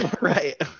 right